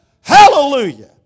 Hallelujah